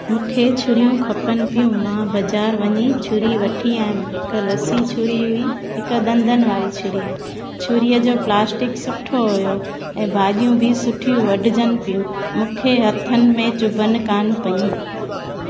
मूंखे छुरियूं खपनि पियूं मां बज़ारि वञी छुरी वठी आयमि हिक लसी छुरी हुई हिक दंधनि वारी छुरी छुरीअ जो प्लासटिक सुठो हुओ ऐं भाॼियूं बि सुठी वढजनि पियूं मूंखे हथनि में चुभनि कान पेयूं